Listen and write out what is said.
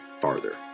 farther